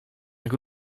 jak